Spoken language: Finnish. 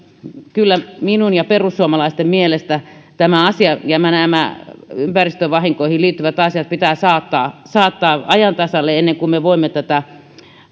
kyllä minun ja perussuomalaisten mielestä tämä asia ja nämä ympäristövahinkoihin liittyvät asiat pitää saattaa saattaa ajan tasalle ennen kuin me voimme